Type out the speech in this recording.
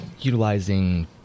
utilizing